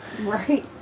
Right